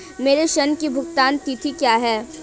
मेरे ऋण की भुगतान तिथि क्या है?